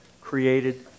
created